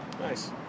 nice